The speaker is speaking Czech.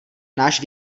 náš